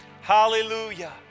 Hallelujah